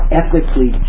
ethically